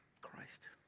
Christ